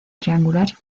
triangular